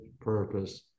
purpose